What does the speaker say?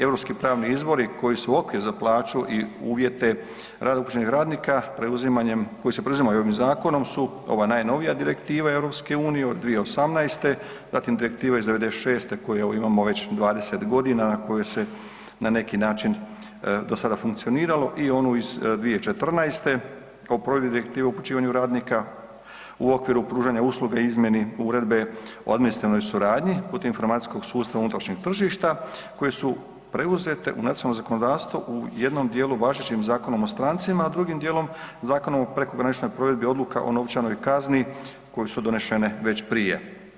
Europski pravni izvori koji su okvir za plaću i uvjete rada upućenih radnika, preuzimanjem, koji se preuzimaju ovim zakonom su ova najnovija Direktiva EU od 2018, zatim Direktiva iz '96. koju evo imamo već 20 godina na koju na neki način do sada funkcioniralo i onu iz 2014. o provedbi Direktive o upućivanju radnika u okviru pružanja usluge izmjeni uredbe o administrativnoj suradnji putem informacijskog sustava unutrašnjeg tržišta koje su preuzete u nacionalno zakonodavstvo u jednom dijelu važećim Zakonom o strancima, a drugim dijelom Zakonom o prekograničnoj provedbi odluka o novčanoj kazni koje su donešene već prije.